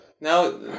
Now